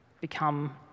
Become